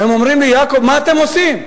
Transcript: הם אומרים לי: יעקב, מה אתם עושים?